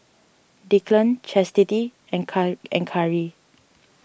Declan Chastity and and Khari